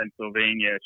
Pennsylvania